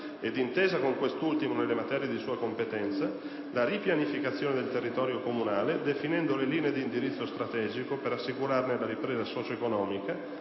e d'intesa con quest'ultimo nelle materie di sua competenza, la ripianificazione del territorio comunale definendo le linee di indirizzo strategico per assicurarne la ripresa socio-economica,